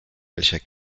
welcher